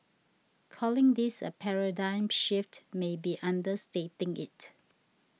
calling this a paradigm shift may be understating it